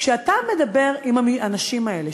כשאתה מדבר עם האנשים האלה,